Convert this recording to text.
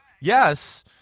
yes